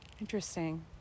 Interesting